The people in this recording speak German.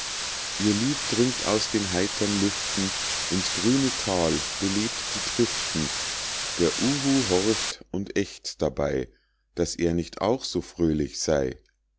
ihr lied dringt aus den heitern lüften in's grüne thal belebt die triften der uhu horcht und ächzt dabei daß er nicht auch so fröhlich sey